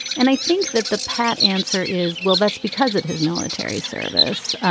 and i think that the pat answer is well that's because of his military service.